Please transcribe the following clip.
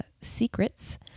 Secrets